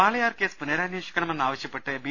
Walayar case പുനരന്വേഷിക്കണമെന്ന് ആവശ്യ പ്പെട്ട് ബി